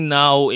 now